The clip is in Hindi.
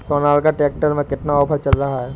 सोनालिका ट्रैक्टर में कितना ऑफर चल रहा है?